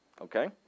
okay